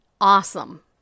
awesome